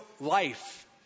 life